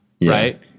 Right